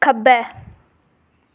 खब्बै